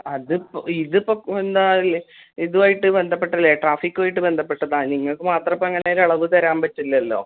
അതിപ്പോൾ ഇതിപ്പോൾ എന്താ ഇതുവായിട്ട് ബന്ധപ്പെട്ടല്ലെ ട്രാഫിക്കുവായിട്ട് ബന്ധപ്പെട്ടതാണ് നിങ്ങൾക്ക് മാത്രം ഇപ്പോൾ അങ്ങനെ ഒരിളവ് തരാൻ പറ്റില്ലല്ലൊ